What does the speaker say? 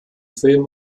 film